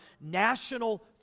national